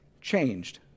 changed